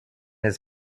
his